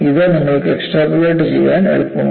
ഇത് നിങ്ങൾക്ക് എക്സ്ട്രാപോളേറ്റ് ചെയ്യാൻ എളുപ്പമാണ്